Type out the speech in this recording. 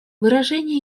выражение